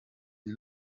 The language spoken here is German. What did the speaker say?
die